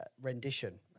rendition